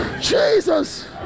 Jesus